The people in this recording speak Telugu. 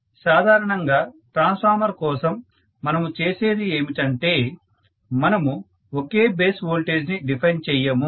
సాధారణంగా ట్రాన్స్ఫార్మర్ కోసం మనము చేసేది ఏమిటంటే మనము ఒకే బేస్ వోల్టేజ్ ని డిఫైన్ చెయ్యము